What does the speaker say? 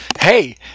hey